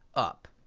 up.